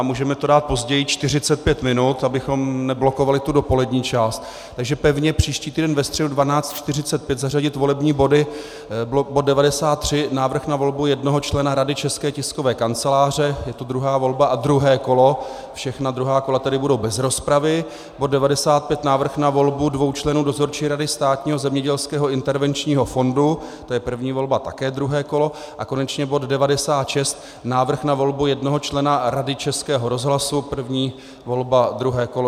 Můžeme to dát později, 45 minut, abychom neblokovali dopolední část, takže pevně příští týden ve středu ve 12.45 zařadit volební body, bod 93, návrh na volbu jednoho člena Rady České tiskové kanceláře, je to druhá volba a druhé kolo, všechna druhá kola budou bez rozpravy, bod 95, návrh na volbu dvou členů dozorčí rady Státního zemědělského intervenčního fondu, to je první volba, také druhé kolo, a konečně bod 96, návrh na volbu jednoho člena Rady Českého rozhlasu, první volba, druhé kolo.